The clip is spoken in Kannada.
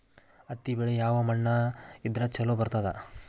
ಹತ್ತಿ ಬೆಳಿ ಯಾವ ಮಣ್ಣ ಇದ್ರ ಛಲೋ ಬರ್ತದ?